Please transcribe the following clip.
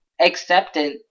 accepted